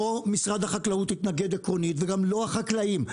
לא משרד החקלאות התנגד עקרונית וגם לא החקלאים,